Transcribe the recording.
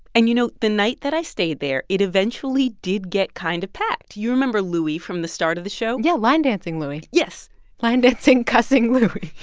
and you know, the night that i stayed there, it eventually did get kind of packed. you remember louis from the start of the show? yeah, line dancing louie yes line dancing, cussing louis